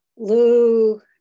Lou